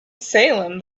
salem